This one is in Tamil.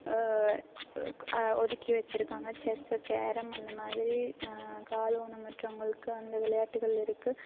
ஒதுக்கி வெச்சிருக்காங்க செஸ்ஸு கேரம் அந்த மாதிரி கால் ஊனமுற்றவங்களுக்கு அந்த விளையாட்டுகள் இருக்கு